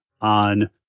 on